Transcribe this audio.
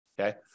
Okay